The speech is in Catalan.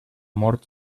mort